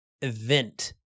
event